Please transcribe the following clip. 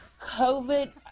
COVID